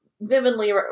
vividly